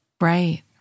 right